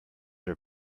are